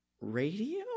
radio